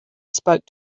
spoke